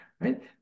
right